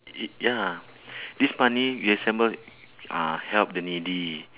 it ya lah this money resemble ah help the needy